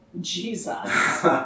Jesus